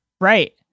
Right